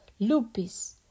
lupis